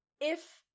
if-